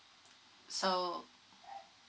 so